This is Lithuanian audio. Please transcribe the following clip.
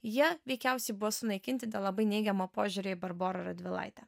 jie veikiausiai buvo sunaikinti dėl labai neigiamo požiūrio į barborą radvilaitę